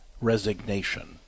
resignation